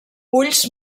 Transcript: ulls